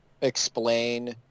explain